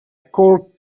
cork